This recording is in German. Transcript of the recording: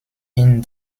ihn